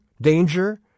danger